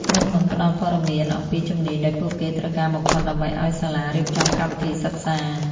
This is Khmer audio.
ក្រុមហ៊ុនផ្ដល់ព័ត៌មានអំពីជំនាញដែលពួកគេត្រូវការបំផុតដើម្បីឱ្យសាលារៀបចំកម្មវិធីសិក្សា។